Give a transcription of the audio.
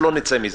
לא נצא מזה.